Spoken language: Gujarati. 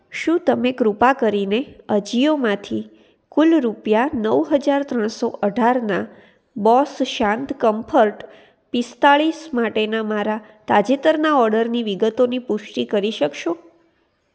શું તમે કૃપા કરીને અજિયોમાંથી કુલ રૂપિયા નવ હજાર ત્રણસો અઢારના બોસ શાંત કમ્ફર્ટ પિસ્તાળીસ માટેના મારા તાજેતરના ઓર્ડરની વિગતોની પુષ્ટિ કરી શકશો